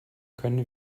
können